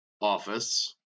office